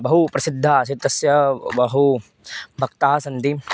बहु प्रसिद्धः आसीत् तस्य बहु भक्ताः सन्ति